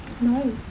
No